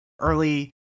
early